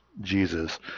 Jesus